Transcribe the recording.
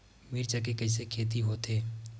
मिर्च के कइसे खेती होथे?